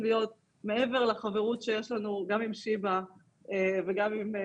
להיות מעבר לחברות שיש לנו גם עם שיבא וגם עם פרופ'